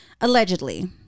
allegedly